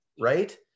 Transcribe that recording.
right